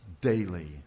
daily